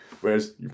Whereas